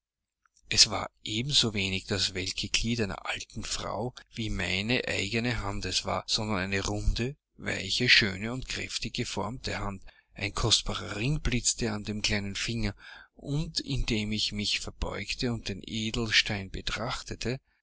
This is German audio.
es war ebensowenig das welke glied einer alten frau wie meine eigene hand es war sondern eine runde weiche schön und kräftig geformte hand ein kostbarer ring blitzte an dem kleinen finger und indem ich mich verbeugte und den edelstein betrachtete